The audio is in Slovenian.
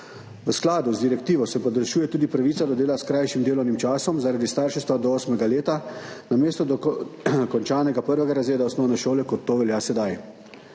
V skladu z direktivo se podaljšuje tudi pravica do dela s krajšim delovnim časom zaradi starševstva do 8. leta, namesto do končanega 1. razreda osnovne šole, kot to velja sedaj.